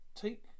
Take